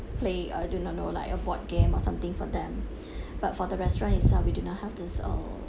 play I do not know like a board game or something for them but for the restaurant is uh we do not have this uh